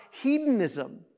hedonism